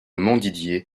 montdidier